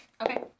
Okay